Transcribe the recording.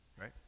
right